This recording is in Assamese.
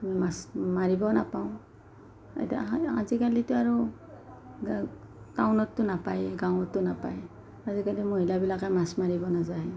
মাছ মাৰিবই নাপাওঁ এতিয়াখানি আজিকালিতো আৰু টাউনততো নাপায়েই গাঁৱতো নাপায় আজিকালি মহিলাবিলাকে মাছ মাৰিব নাযায়